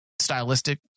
stylistic